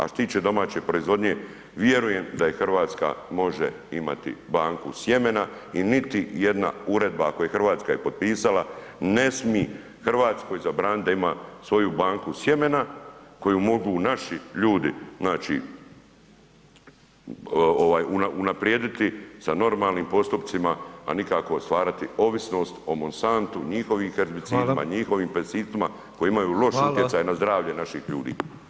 A što se tiče domaće proizvodnje vjerujem da Hrvatska može imati banku sjemena i niti jedna uredba ako je Hrvatska potpisala ne smije Hrvatskoj zabraniti da ima svoju banku sjemena koju mogu naši ljudi znači unaprijediti sa normalnim postupcima a nikako stvarati ovisnost o Monsantu, njihovim herbicidima, njihovim pesticidima koji imaju loš utjecaj na zdravlje naših ljudi.